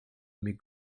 mais